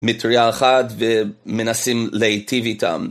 מטרייה אחת, ומנסים להיטיב איתם.